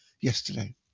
yesterday